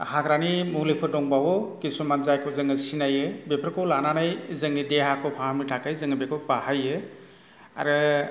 हाग्रानि मुलिफोर दंबावो किसुमानखौ जोङो सिनायो बेफोरखौ लानानै जोंनि देहाखौ फाहामनो थाखै जों बेखौ बाहायो आरो